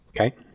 Okay